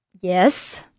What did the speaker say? Yes